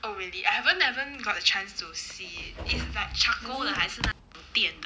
oh really I haven't haven't got a chance to see it's like charcoal 的还是电的